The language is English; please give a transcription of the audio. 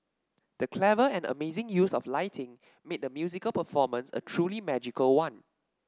the clever and amazing use of lighting made the musical performance a truly magical one